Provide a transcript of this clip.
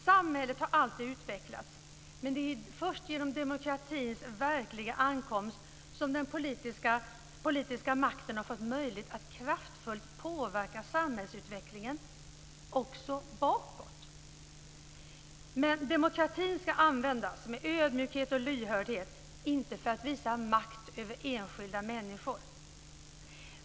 Samhället har alltid utvecklats, men det är först genom demokratins verkliga ankomst som den politiska makten har fått möjlighet att kraftfullt påverka samhällsutvecklingen också bakåt. Demokratin ska användas med ödmjukhet och lyhördhet - inte för att visa makt över enskilda människor.